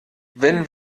wenn